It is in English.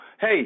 Hey